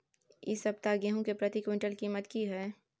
इ सप्ताह गेहूं के प्रति क्विंटल कीमत की हय?